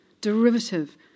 derivative